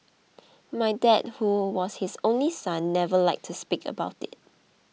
my dad who was his only son never liked to speak about it